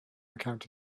account